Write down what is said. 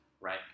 right